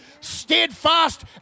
steadfast